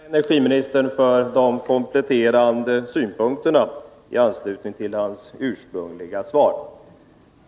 Fru talman! Jag tackar energiministern för de kompletterande synpunkterna i anslutning till hans ursprungliga svar.